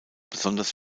besonders